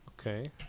Okay